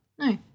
No